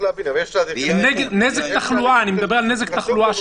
אני מדבר על נזק תחלואה.